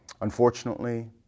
Unfortunately